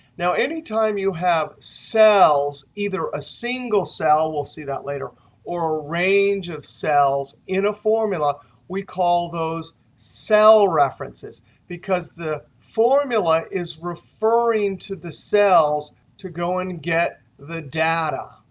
now, any time you have cells either a single cell we'll see that later or a range of cells in a formula we call those cell references because the formula is referring to the cells to go and get the data.